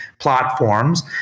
platforms